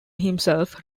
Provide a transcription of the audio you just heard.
himself